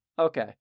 Okay